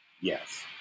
Yes